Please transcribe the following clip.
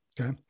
Okay